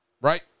right